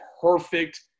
perfect